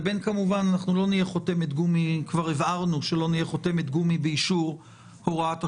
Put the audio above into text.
אבל כבר הבהרנו שלא נהיה חותמת גומי באישור הוראת השעה.